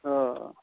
آ